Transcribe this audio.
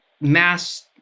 mass